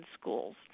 schools